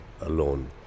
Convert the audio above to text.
alone